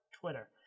Twitter